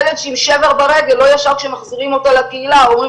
ילד עם שבר ברגל לא ישר כשמחזירים אותו לקהילה אומרים